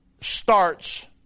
starts